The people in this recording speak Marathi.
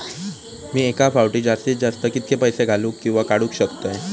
मी एका फाउटी जास्तीत जास्त कितके पैसे घालूक किवा काडूक शकतय?